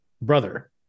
brother